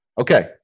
okay